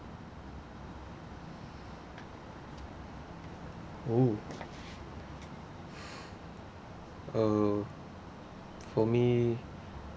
oh uh for me